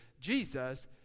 Jesus